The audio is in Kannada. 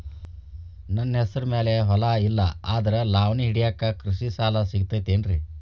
ನನ್ನ ಹೆಸರು ಮ್ಯಾಲೆ ಹೊಲಾ ಇಲ್ಲ ಆದ್ರ ಲಾವಣಿ ಹಿಡಿಯಾಕ್ ಕೃಷಿ ಸಾಲಾ ಸಿಗತೈತಿ ಏನ್ರಿ?